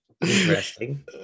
Interesting